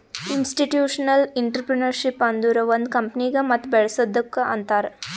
institutional entrepreneurship ಅಂದುರ್ ಒಂದ್ ಕಂಪನಿಗ ಮತ್ ಬೇಳಸದ್ದುಕ್ ಅಂತಾರ್